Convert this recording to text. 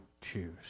choose